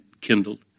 kindled